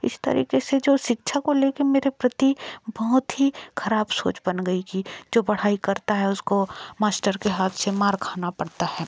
इस तरीके से जो शिक्षा को लेके मेरे प्रति बहुत ही खराब सोच बन गई थी जो पढ़ाई करता है उसको मास्टर के हाथ से मार खाना पड़ता है